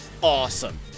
awesome